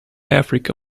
africa